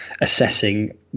assessing